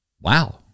Wow